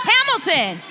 Hamilton